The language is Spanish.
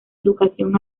educación